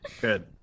good